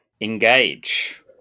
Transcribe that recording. Engage